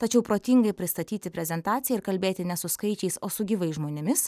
tačiau protingai pristatyti prezentaciją ir kalbėti ne su skaičiais o su gyvais žmonėmis